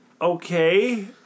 Okay